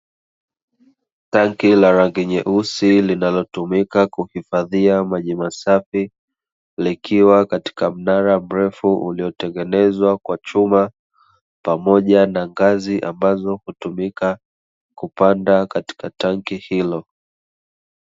Tanki la rangi nyeusi linalotumika kuhifadhia maji masafi, likiwa katika mnara mrefu uliotengenezwa kwa chuma, pamoja na ngazi ambazo hutumika kupanda katika tanki hilo.